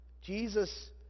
Jesus